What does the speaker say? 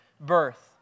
birth